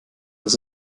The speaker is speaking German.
das